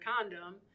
condom